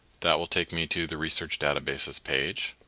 that will take me to the research databases page.